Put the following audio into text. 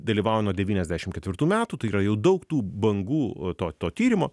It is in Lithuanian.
dalyvauja nuo devyniasdešim ketvirtų metų tai yra jau daug tų bangų to to tyrimo